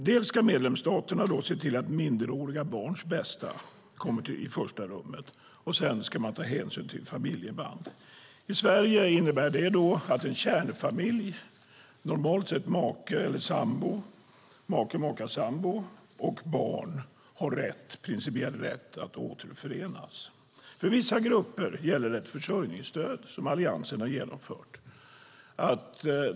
Dels ska medlemsstaterna se till att minderåriga barns bästa kommer i första rummet, dels ska de ta hänsyn till familjeband. I Sverige innebär det att en kärnfamilj, normalt sett make, maka eller sambo och barn, har principiell rätt att återförenas. För vissa grupper gäller att försörjningen ska vara ordnad, som Alliansen har genomfört.